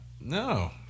No